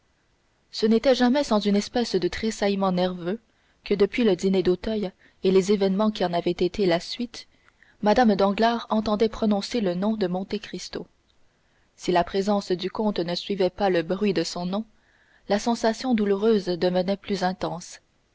ce n'était jamais sans une espèce de tressaillement nerveux que depuis le dîner d'auteuil et les événements qui en avaient été la suite mme danglars entendait prononcer le nom de monte cristo si la présence du comte ne suivait pas le bruit de son nom la sensation douloureuse devenait plus intense